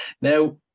Now